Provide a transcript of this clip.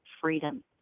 freedom